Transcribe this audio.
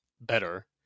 better